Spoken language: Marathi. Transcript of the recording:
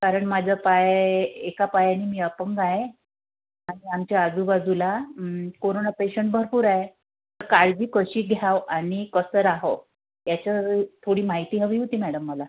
कारण माझा पाय एका पायाने मी अपंग आहे आणि आमच्या आजूबाजूला कोरोना पेशण भरपूर आहेत तर काळजी कशी घ्यावी आणि कसं रहावं याची थोडी माहिती हवी होती मॅडम मला